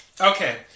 Okay